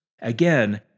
Again